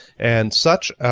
and such.